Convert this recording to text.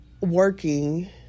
working